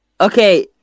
Okay